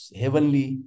heavenly